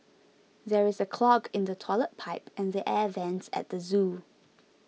there is a clog in the Toilet Pipe and the Air Vents at the zoo